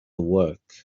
work